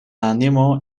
animo